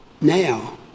Now